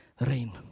rain